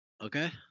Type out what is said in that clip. Okay